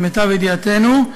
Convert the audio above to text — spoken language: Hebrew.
למיטב ידיעתנו,